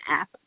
app